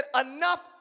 enough